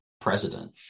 president